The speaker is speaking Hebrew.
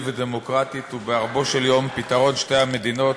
ודמוקרטית הוא בערבו של יום פתרון שתי המדינות,